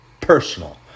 personal